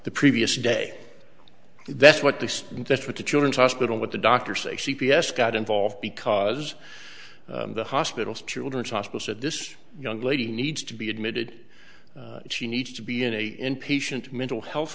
the previous day that's what the that's what the children's hospital what the doctors say c p s got involved because the hospital's children's hospital at this young lady needs to be admitted she needs to be in a in patient mental health